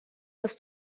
das